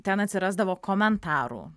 ten atsirasdavo komentarų